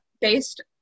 based